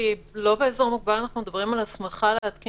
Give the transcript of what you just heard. כי לא באזור מוגבל אנחנו מדברים על הסמכה להתקין